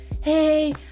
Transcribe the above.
hey